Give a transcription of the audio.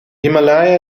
himalaya